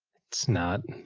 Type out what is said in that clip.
it's not.